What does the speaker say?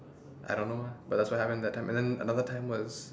I don't know eh but that's what happened that time and then another time was